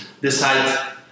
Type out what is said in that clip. decide